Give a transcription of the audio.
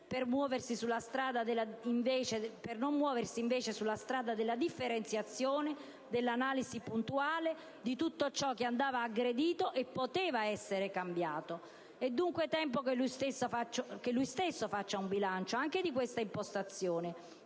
per optare, infine, per la strada della differenziazione, dell'analisi puntuale dei punti che andavano aggrediti per essere cambiati. E dunque tempo che lui stesso faccia un bilancio anche di questa sua impostazione